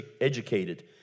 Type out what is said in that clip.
educated